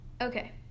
Okay